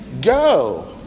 go